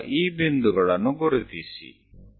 હવે આ બિંદુઓને ચિહ્નિત કરો